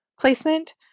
placement